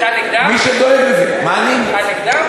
מה נכון?